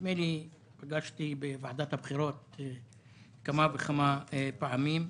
נדמה לי פגשתי בוועדת הבחירות כמה וכמה פעמים.